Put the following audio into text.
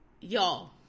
y'all